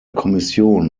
kommission